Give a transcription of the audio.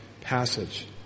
passage